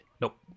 Nope